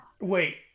Wait